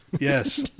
yes